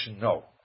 No